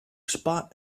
spot